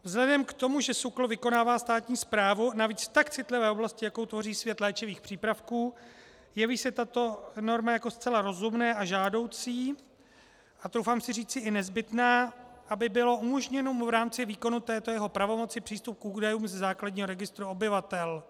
Vzhledem k tomu, že SÚKL vykonává státní správu, navíc v tak citlivé oblasti, jakou tvoří svět léčivých přípravků, jeví se tato norma jako zcela rozumná a žádoucí, a troufám si říci i nezbytná, aby mu byl umožněn v rámci výkonu této jeho pravomoci přístup k údajům ze základního registru obyvatel.